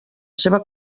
seva